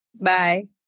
bye